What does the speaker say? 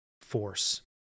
force